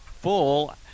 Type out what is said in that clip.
full